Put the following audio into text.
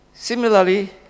Similarly